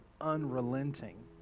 unrelenting